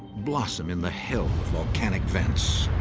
blossom in the hell of volcanic vents,